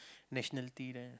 nationality there